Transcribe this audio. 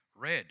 red